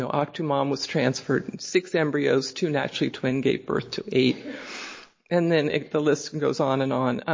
so octomom um was transferred six embryos. two naturally, twin gave birth to eight and then the list goes on and on.